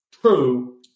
true